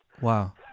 Wow